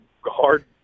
hard